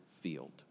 field